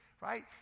right